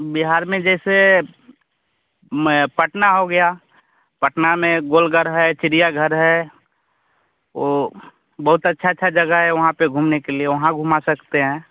बिहार में जैसे मैं पटना हो गया पटना में गोलघर है चिड़ियाघर है ओ बहुत अच्छा अच्छा जगा है वहाँ पर घूमने के लिए वहाँ घुमा सकते हैं